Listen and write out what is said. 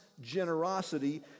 generosity